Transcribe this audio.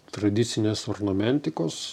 tradicinės ornamentikos